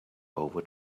over